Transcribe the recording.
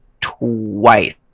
twice